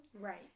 right